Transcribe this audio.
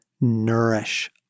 nourish